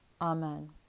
Amen